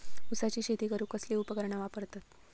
ऊसाची शेती करूक कसली उपकरणा वापरतत?